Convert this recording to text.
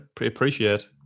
appreciate